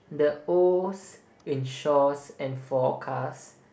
the Os in shores and forecast